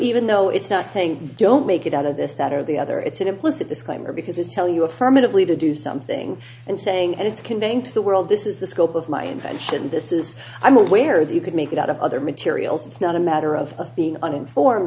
even though it's not saying don't make it out of this that or the other it's an implicit disclaimer because it's tell you affirmatively to do something and saying and it's conveying to the world this is the scope of my invention this is i'm aware that you could make it out of other materials it's not a matter of being uninformed